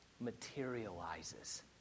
materializes